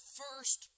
first